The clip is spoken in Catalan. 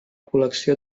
col·lecció